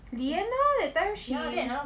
leah lor that time she